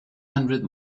hundred